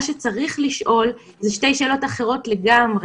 מה שצריך לשאול הוא שתי שאלות אחרות לגמרי.